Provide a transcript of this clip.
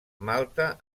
malta